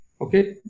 Okay